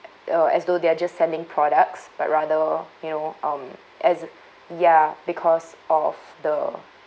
uh as though they're just selling products but rather you know um as ya because of the